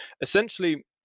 Essentially